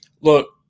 look